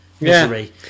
misery